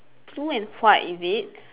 blue and white is it